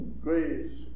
grace